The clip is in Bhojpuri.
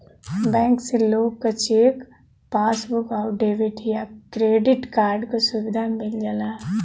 बैंक से लोग क चेक, पासबुक आउर डेबिट या क्रेडिट कार्ड क सुविधा मिल जाला